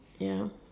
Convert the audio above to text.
yup